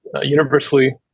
universally